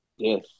Yes